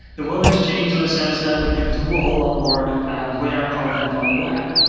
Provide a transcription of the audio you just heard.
the world has changed in the sense that we can do a whole lot more with our content on the web.